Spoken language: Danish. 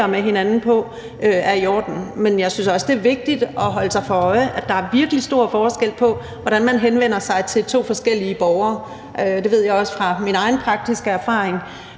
med hinanden på, er i orden. Men jeg synes også, det er vigtigt at holde sig for øje, at der er virkelig stor forskel på, hvordan man henvender sig til to forskellige borgere. Det ved jeg også fra min egen praktiske erfaring.